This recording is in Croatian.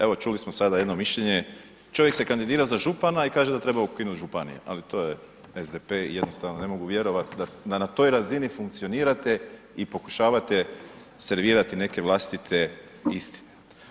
Evo čuli smo sada jedno mišljenje, čovjek se kandidira za župana i kaže da treba ukinut županije, ali to je SDP i jednostavno ne mogu vjerovati da na toj razini funkcionirate i pokušavate servirati neke vlastite istine.